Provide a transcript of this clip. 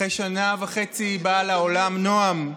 אחרי שנה וחצי באה לעולם נועם,